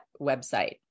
website